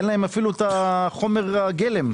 אין להם אפילו חומר הגלם.